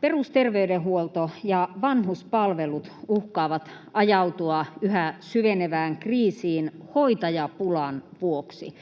Perusterveydenhuolto ja vanhuspalvelut uhkaavat ajautua yhä syvenevään kriisiin hoitajapulan vuoksi,